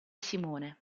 simone